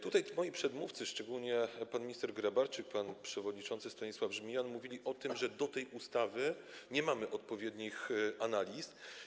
Tutaj moi przedmówcy, szczególnie pan minister Grabarczyk, pan przewodniczący Stanisław Żmijan, mówili o tym, że do tej ustawy nie mamy odpowiednich analiz.